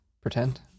pretend